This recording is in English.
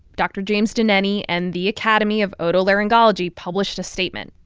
dr. james denneny and the academy of otolaryngology published a statement.